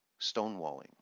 Stonewalling